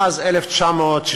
מאז 1967